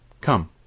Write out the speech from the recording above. Come